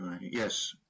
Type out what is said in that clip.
Yes